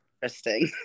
interesting